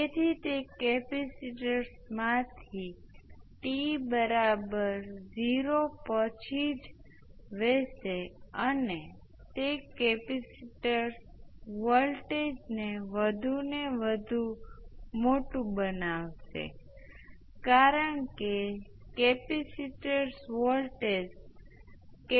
તેથી આ અને અંતિમ મૂલ્યોમાંથી જે ઇન્ડક્ટર સર્કિટમાં અંતિમ મૂલ્યો માટે પણ ખૂબ જ સરળતાથી ગણતરી કરી શકાય છે તે શું છે કે આપણે જાણીએ છીએ એમ ઇન્ડક્ટરના વૉલ્ટેજ 0 છે અલબત્ત ધારી રહ્યા છીએ કે સતત ઇનપુટ માટે સતત ઇનપુટ્સમાં પીસ વાઈજ કોંસ્ટંટ છે